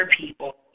people